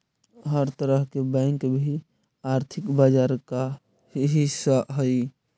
हर तरह के बैंक भी आर्थिक बाजार का ही हिस्सा हइ